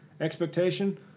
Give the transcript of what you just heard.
expectation